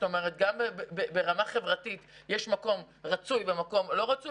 גם ברמה חברתית יש מקום רצוי ומקום לא רצוי.